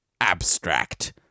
Abstract